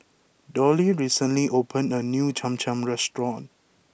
Dollie recently opened a new Cham Cham restaurant